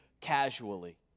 casually